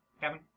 kevin